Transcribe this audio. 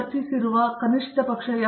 professor Rajesh Kumar ಮುಂದಿನ ಸಭೆಯಲ್ಲಿ